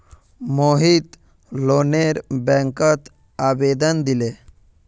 मोहित लोनेर बैंकत आवेदन दिले